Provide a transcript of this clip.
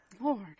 Lord